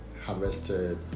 harvested